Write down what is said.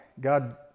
God